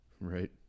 Right